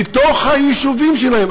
בתוך היישובים שלהם,